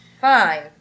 Fine